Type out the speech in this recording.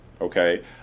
okay